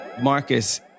Marcus